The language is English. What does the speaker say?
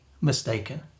mistaken